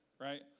right